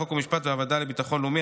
חוק ומשפט והוועדה לביטחון לאומי,